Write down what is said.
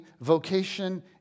vocation